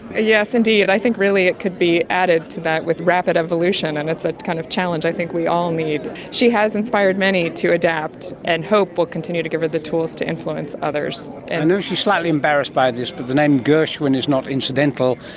ah yes indeed, i think a really it could be added to that with rapid evolution, and it's a kind of challenge i think we all need. she has inspired many to adapt, and hope will continue to give her the tools to influence others. i know she's slightly embarrassed by this but the name gershwin is not incidental,